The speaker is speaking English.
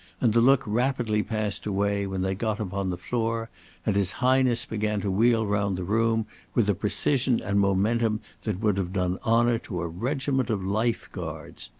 and the look rapidly passed away when they got upon the floor and his highness began to wheel round the room with a precision and momentum that would have done honour to a regiment of life guards.